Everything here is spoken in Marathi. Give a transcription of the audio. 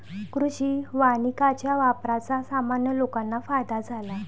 कृषी वानिकाच्या वापराचा सामान्य लोकांना फायदा झाला